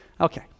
Okay